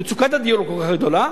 מצוקת הדיור כל כך גדולה,